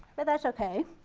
but that's okay.